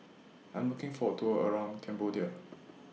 I'm looking For A Tour around Cambodia